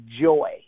joy